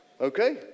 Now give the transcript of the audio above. okay